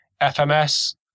FMS